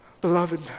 Beloved